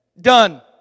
done